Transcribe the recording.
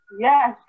yes